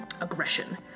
aggression